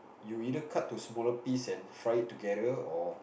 you either cut to smaller piece and fry it together or